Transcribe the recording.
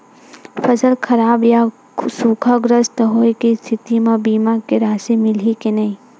फसल खराब या सूखाग्रस्त होय के स्थिति म बीमा के राशि मिलही के नही?